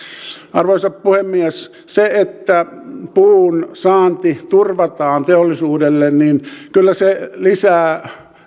arvoisa puhemies se että puunsaanti turvataan teollisuudelle kyllä lisää